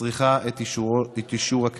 מצריכה את אישור הכנסת.